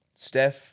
Steph